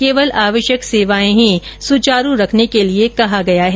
केवल आवश्यक सेवाएं ही सुचारू रखने के लिए कहा गया है